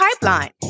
pipeline